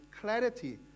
clarity